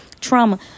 trauma